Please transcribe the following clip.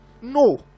No